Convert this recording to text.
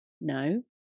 No